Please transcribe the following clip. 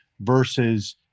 versus